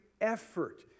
effort